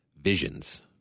visions